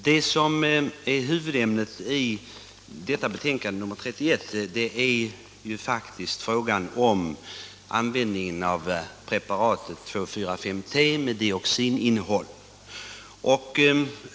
Herr talman! Huvudämnet i det här betänkandet är faktiskt frågan om användningen av preparatet 2,4,5-T med dioxininnehåll.